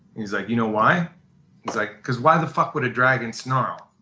he's like, you know why? he's like, because why the fuck would a dragon snarl?